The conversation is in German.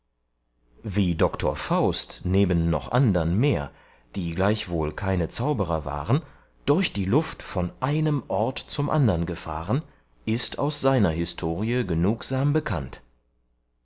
wie doktor faust neben noch andern mehr die gleichwohl keine zauberer waren durch die luft von einem ort zum andern gefahren ist aus seiner historie genugsam bekannt